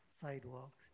sidewalks